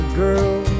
girl